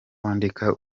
wandika